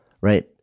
right